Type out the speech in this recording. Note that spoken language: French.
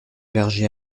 berger